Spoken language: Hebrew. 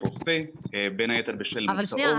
מחויב לאזן גם את הנסיבות לקולא.